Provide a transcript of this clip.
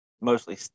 mostly